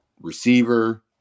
receiver